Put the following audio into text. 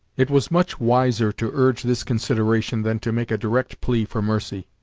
it was much wiser to urge this consideration than to make a direct plea for mercy.